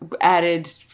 added –